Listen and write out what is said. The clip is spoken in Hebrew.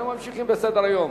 אנחנו ממשיכים בסדר-היום,